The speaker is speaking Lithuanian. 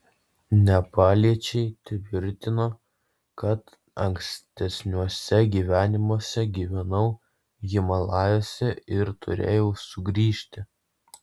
nepaliečiai tvirtino kad ankstesniuose gyvenimuose gyvenau himalajuose ir turėjau sugrįžti